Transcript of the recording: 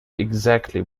exactly